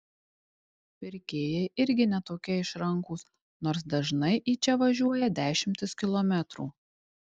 pirkėjai irgi ne tokie išrankūs nors dažnai į čia važiuoja dešimtis kilometrų